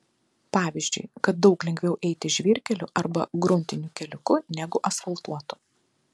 pavyzdžiui kad daug lengviau eiti žvyrkeliu arba gruntiniu keliuku negu asfaltuotu